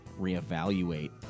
reevaluate